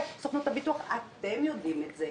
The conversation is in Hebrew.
סוכנויות הביטוח יודעות את זה ואתם יודעים את זה.